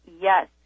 yes